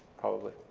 probably.